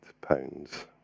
pounds